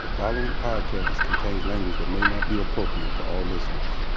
the following podcast contains language that may not be appropriate for all listeners.